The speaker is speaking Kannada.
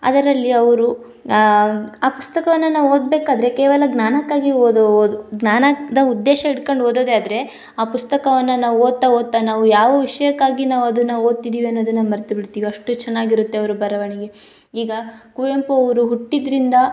ಅದರಲ್ಲಿ ಅವರು ಆ ಪುಸ್ತಕವನ್ನು ನಾವು ಓದಬೇಕಾದ್ರೆ ಕೇವಲ ಜ್ಞಾನಕ್ಕಾಗಿ ಓದೋ ಓದು ಜ್ಞಾನದ ಉದ್ದೇಶ ಇಟ್ಕಂಡು ಓದೋದೇ ಆದರೆ ಆ ಪುಸ್ತಕವನ್ನು ನಾವು ಓದ್ತಾ ಓದ್ತಾ ನಾವು ಯಾವ ವಿಷಯಕ್ಕಾಗಿ ನಾವು ಅದನ್ನು ಓದ್ತಿದ್ದೀವಿ ಅನ್ನೋದನ್ನು ಮರ್ತು ಬಿಡ್ತೀವಿ ಅಷ್ಟು ಚೆನ್ನಾಗಿರುತ್ತೆ ಅವರ ಬರವಣಿಗೆ ಈಗ ಕುವೆಂಪು ಅವರು ಹುಟ್ಟಿದ್ದರಿಂದ